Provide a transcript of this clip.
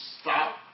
stop